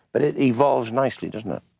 but it evolves nicely, doesn't it?